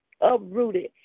uprooted